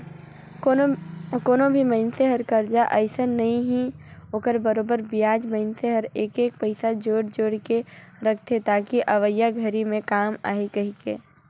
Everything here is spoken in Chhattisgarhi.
कोनो भी मइनसे हर करजा अइसने नइ हे ओखर बरोबर बियाज मइनसे हर एक एक पइसा जोयड़ जोयड़ के रखथे ताकि अवइया घरी मे काम आही कहीके